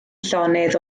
llonydd